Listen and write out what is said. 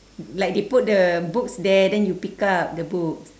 like they put the books there then you pick up the books